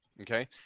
Okay